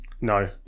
No